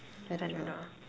I don't know